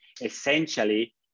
essentially